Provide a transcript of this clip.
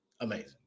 Amazing